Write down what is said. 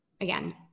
again